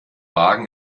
wagen